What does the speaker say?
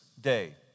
day